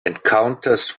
encounters